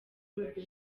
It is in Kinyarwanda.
roberto